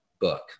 book